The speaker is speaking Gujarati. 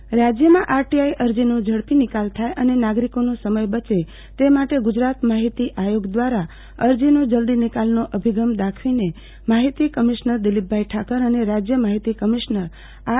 અરજીનો નિકાલ રાજ્યમાં આરટીઆઈ અરજીનો ઝડપી નિકાલ થાય અને નાગરીકોનો સમય બચે તે માટે ગુજરાત માહીતી આયોગ દ્વારા અરજીનો જલદી નિકાલનો અભિગમ દાખવીને માહિતી કમિશનર દિલીપભાઈ ઠાકર અને રાજ્ય માહિતી કમિશ્નર આર